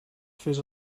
fes